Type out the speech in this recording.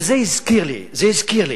וזה הזכיר לי, זה הזכיר לי,